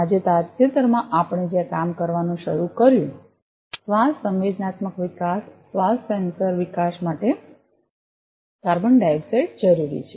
અને તાજેતરમાં આપણે જ્યાં કામ કરવાનું શરૂ કર્યું શ્વાસ સંવેદનાત્મક વિકાસ શ્વાસ સેન્સર વિકાસ માટે કાર્બન ડાયોક્સાઇડ જરૂરી છે